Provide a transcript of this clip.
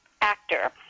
actor